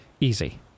easy